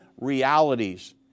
realities